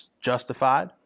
justified